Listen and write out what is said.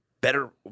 better